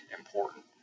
important